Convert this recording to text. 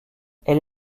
elle